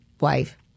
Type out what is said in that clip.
wife